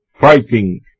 fighting